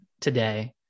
today